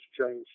changed